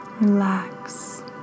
Relax